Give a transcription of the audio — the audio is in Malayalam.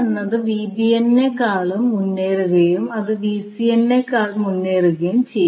എന്നത് നേക്കാൾ മുന്നേറുകയും അത് നേക്കാൾ മുന്നേറുകയും ചെയ്യും